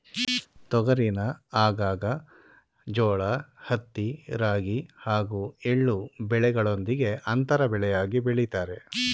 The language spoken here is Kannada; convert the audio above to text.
ತೊಗರಿನ ಆಗಾಗ ಜೋಳ ಹತ್ತಿ ರಾಗಿ ಹಾಗೂ ಎಳ್ಳು ಬೆಳೆಗಳೊಂದಿಗೆ ಅಂತರ ಬೆಳೆಯಾಗಿ ಬೆಳಿತಾರೆ